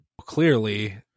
Clearly